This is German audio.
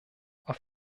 auf